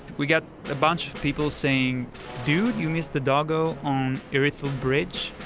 we got a bunch of people saying dude, you missed the doggo on irithyll bridge